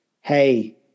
hey